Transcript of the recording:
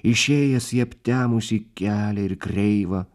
išėjęs į aptemusį kelią ir kreivą